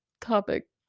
topic